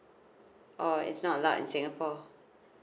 oh it's not allowed in singapore